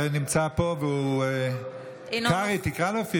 אינו